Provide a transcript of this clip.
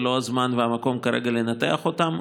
זה לא הזמן והמקום כרגע לנתח אותן,